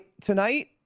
tonight